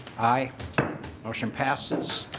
i ocean passes.